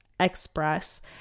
Express